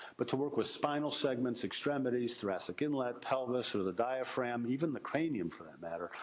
but to work with spinal segments, extremities, thoracic inlet, pelvis, or the diaphragm, even the cranium, for that matter.